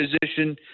position